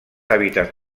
hàbitats